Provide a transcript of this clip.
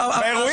--- חברים,